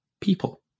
people